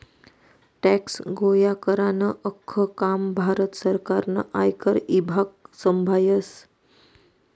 tax गोया करानं आख्खं काम भारत सरकारनं आयकर ईभाग संभायस